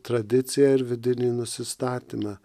tradiciją ir vidinį nusistatymą